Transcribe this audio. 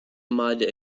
mud